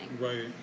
right